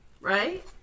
right